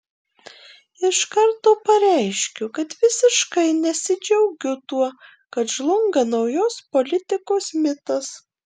iš karto pareiškiu kad visiškai nesidžiaugiu tuo kad žlunga naujos politikos mitas